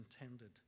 intended